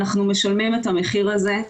אנחנו משלמים את המחיר הזה,